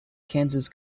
kansas